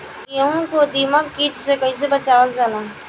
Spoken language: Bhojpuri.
गेहूँ को दिमक किट से कइसे बचावल जाला?